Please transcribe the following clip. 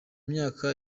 myaka